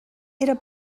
era